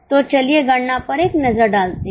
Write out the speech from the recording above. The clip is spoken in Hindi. तो चलिए गणना पर एक नजर डालते हैं